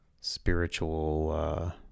spiritual